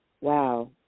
wow